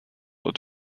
und